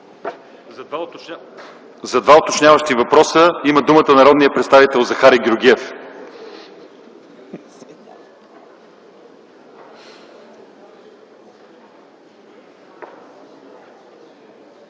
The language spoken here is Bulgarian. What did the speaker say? За два уточняващи въпроса има думата народният представител Захари Георгиев.